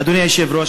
אדוני היושב-ראש,